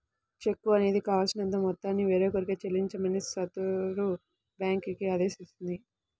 చెక్కు అనేది కావాల్సినంత మొత్తాన్ని వేరొకరికి చెల్లించమని సదరు బ్యేంకుని ఆదేశిస్తుంది